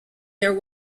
there